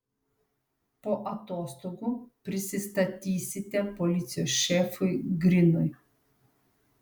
po atostogų prisistatysite policijos šefui grinui